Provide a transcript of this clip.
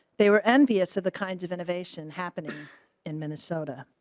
they were envious of the kind of innovation happened in minnesota.